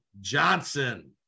Johnson